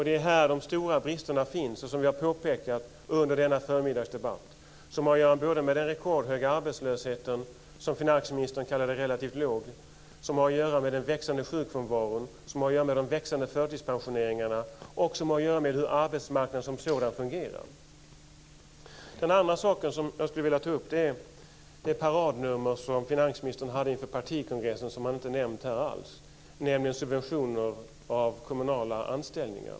Det är här de stora bristerna finns, som vi har påpekat under denna förmiddags debatt. Det har att göra med den rekordhöga arbetslösheten - som finansministern kallade relativt låg -, med den växande sjukfrånvaron, med de växande förtidspensioneringarna och med hur arbetsmarknaden som sådan fungerar. En annan sak som jag skulle vilja ta upp är det paradnummer som finansministern hade inför partikongressen, men som han inte har nämnt här alls, nämligen subventioner av kommunala anställningar.